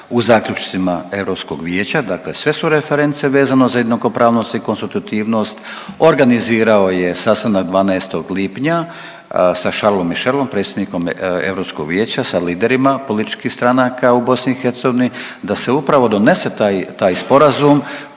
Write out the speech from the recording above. u zaključcima Europskog vijeća dakle su reference vezano za jednakopravnost i konstitutivnost. Organizirao je sastanak 12. lipnja sa Charlesom Michelom predsjednikom Europskog vijeća sa liderima političkih stranaka u BiH da se upravo donese taj sporazum